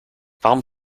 warum